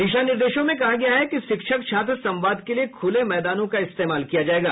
दिशा निर्देशों में कहा गया है कि शिक्षक छात्र संवाद के लिए खुले मैदानों का इस्तेमाल किया जाएगा